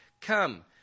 Come